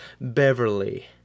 Beverly